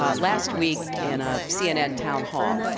ah last week in a cnn town hall,